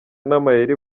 n’amayeri